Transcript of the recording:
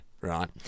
right